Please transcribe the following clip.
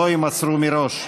שלא יימסרו מראש.